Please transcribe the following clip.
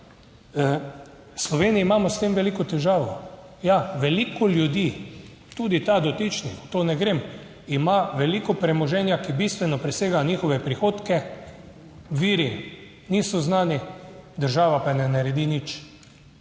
V Sloveniji imamo s tem veliko težavo. Ja, veliko ljudi, tudi ta dotični - to ne grem - ima veliko premoženja, ki bistveno presega njihove prihodke, viri niso znani, država pa ne naredi nič.